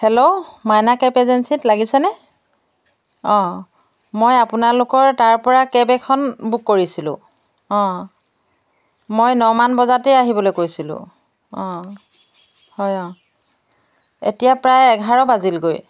hello Maina cab এজেঞ্চিত লাগিছেনে অঁ মই আপোনালোকৰ তাৰ পৰা কেব এখন বুক কৰিছিলোঁ অঁ মই নমান বজাতেই আহিবলৈ কৈছিলোঁ অঁ হয় অঁ এতিয়া প্ৰায় এঘাৰ বাজিলগৈ